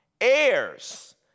heirs